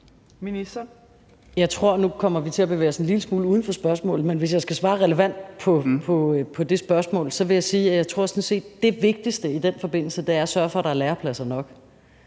Jeg tror, at vi nu kommer til at bevæge os en lille smule uden for spørgsmålet, men hvis jeg skal svare relevant på det spørgsmål, vil jeg sige, at jeg sådan set tror, at det vigtigste i den forbindelse er at sørge for, at der er lærepladser nok.